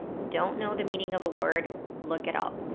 don't know the meaning of a word? look it up.